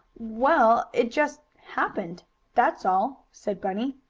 well, it just happened that's all, said bunny.